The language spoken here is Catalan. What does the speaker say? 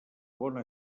bona